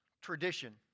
tradition